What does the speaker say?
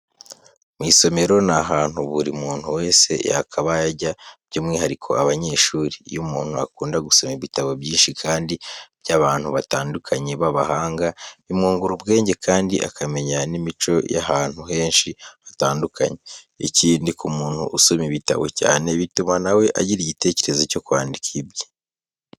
Mu isomero ni ahantu buri muntu wese yakabaye ajya by'umwihariko abanyeshuri. Iyo umuntu akunda gusoma ibitabo byinshi kandi by'abantu batandukanye b'abahanga, bimwungura ubwenge kandi akamenya n'imico y'ahantu henshi hatandukanye. Ikindi ku muntu usoma ibitabo cyane, bituma na we agira igitekerezo cyo kwandika ibye.